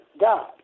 God